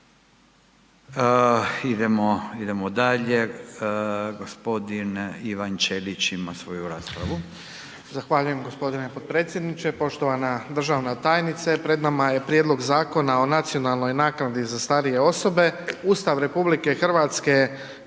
Idemo dalje. G. Ivan Ćelić ima svoju raspravu.